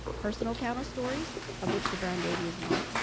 personal counter stories of which the brown baby is one?